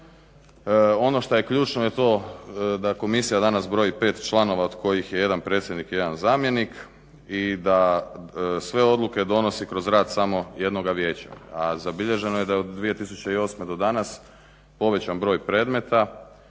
Ono što je ključno je to da komisija danas broji 5 članova od kojih je jedan predsjednik i jedan zamjenik i da sve odluke donosi kroz rad samo jednoga vijeća. A zabilježeno je da od 2008. do danas povećan broj predmeta,